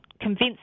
convinced